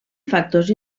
factors